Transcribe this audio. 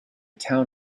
town